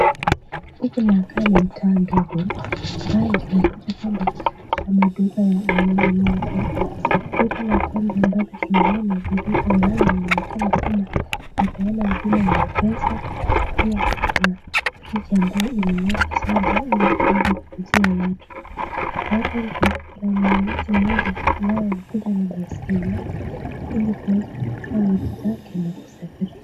Huku inakaa ni mtaa mdogo. Basi unapatikana kwamba kuna maduka ya aina nyingi. Duka la kwanza ambalo tunaona ni duka ambalo linaonekana kwamba linapeana huduma ya M-Pesa. Pia kuna friji ambayo imewekwa soda ili kuweza kuuziwa watu. Na hapa nje kuna mnunuzi mmoja ambaye amekuja na baiskeli yake ili kuweza kuuza vitu zake na kusafiri.